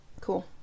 Cool